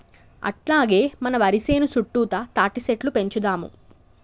అట్లాగే మన వరి సేను సుట్టుతా తాటిసెట్లు పెంచుదాము